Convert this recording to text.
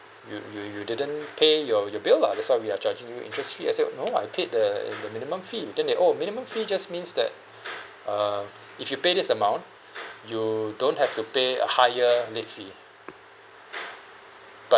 you you you didn't pay your your bill lah that's why we are charging you interest fee I said no I paid the uh minimum fee then they oh minimum fee just means that uh if you pay this amount you don't have to pay a higher late fee but